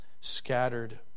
scattered